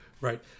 Right